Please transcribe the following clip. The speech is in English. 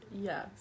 Yes